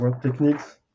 techniques